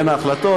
בין ההחלטות,